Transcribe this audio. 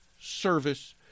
service